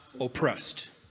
oppressed